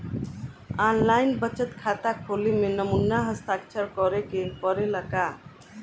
आन line बचत खाता खोले में नमूना हस्ताक्षर करेके पड़ेला का?